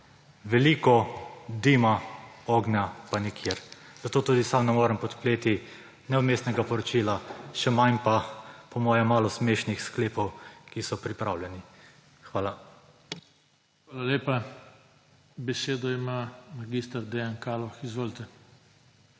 veliko dima, ognja pa nikjer. Zato tudi sam ne morem podpreti ne vmesnega poročila, še manj pa, po moje malo smešnih sklepov, ki so pripravljeni. Hvala. PODPREDSEDNIK JOŽE TANKO: Hvala lepa. Besedo ima mag. Dejan Kaloh. Izvolite.